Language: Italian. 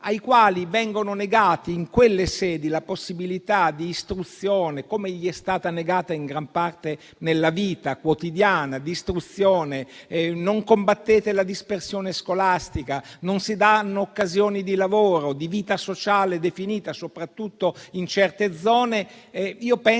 ai quali viene negata in quelle sedi ogni possibilità di istruzione così come gli è stata negata in gran parte nella loro vita quotidiana, se non combattete la dispersione scolastica e se non offrite loro occasioni di lavoro e di vita sociale definita soprattutto in certe zone, credo